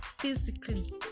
physically